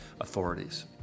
authorities